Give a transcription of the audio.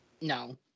No